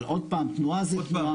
אבל עוד פעם, תנועה זה תנועה.